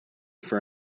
for